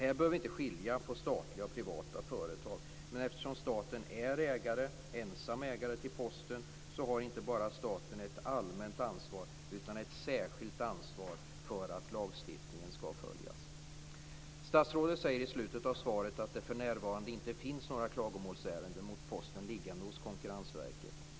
Vi bör inte skilja mellan statliga och privata företag, men eftersom staten är ensam ägare till Posten har staten inte bara ett allmänt ansvar utan också ett särskilt ansvar för att lagstiftningen skall följas. Statsrådet säger i slutet av svaret att det för närvarande inte ligger några klagomålsärenden riktade mot Posten hos Konkurrensverket.